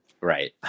Right